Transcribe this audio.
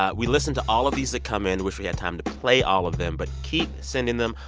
ah we listen to all of these that come in. wish we had time to play all of them. but keep sending them.